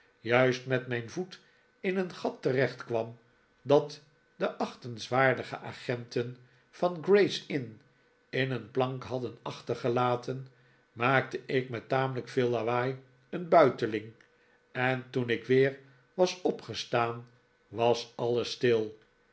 juist met mijn voet in een gat terechtkwam dat de achtenswaardige agenten van gray's inn in een plank hadden achtergelaten maakte ik met tamelijk veel lawaai een buiteling en toen ik weer was opgestaan was alles stil